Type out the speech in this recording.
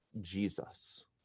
Jesus